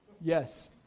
Yes